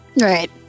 Right